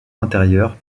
intérieure